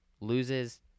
loses